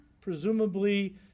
presumably